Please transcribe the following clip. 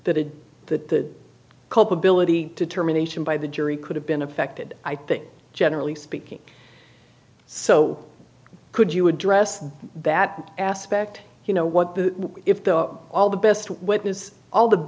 that had the culpability determination by the jury could have been affected i think generally speaking so could you address that aspect you know what the if the all the best weapon is all the